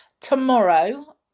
tomorrow